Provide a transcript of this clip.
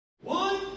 One